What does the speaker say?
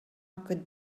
could